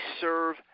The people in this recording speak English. serve